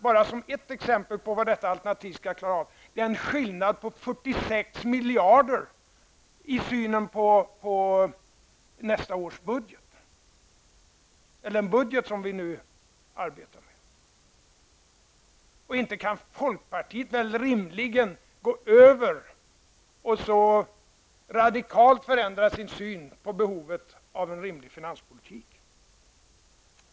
Bara som ett exempel på vad detta alternativ skall klara av kan jag nämna att det är en skillnad på 46 miljarder i synen på den budget som vi nu arbetar med. Inte kan väl folkpartiet rimligen gå över och så radikalt förändra sin syn på behovet av en rimlig finanspolitik.